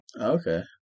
okay